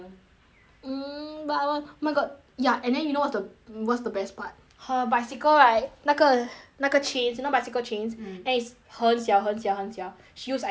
mmhmm but I wan~ oh my god ya and then you know what's the what's the best part her bicycle right 那个那个 chains you know bicycle chains mm and is 很小很小很小 she use ice cream sticks also